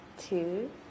two